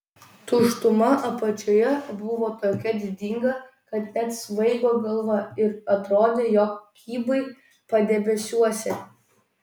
tuštuma apačioje buvo tokia didinga kad net svaigo galva ir atrodė jog kybai padebesiuose